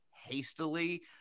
hastily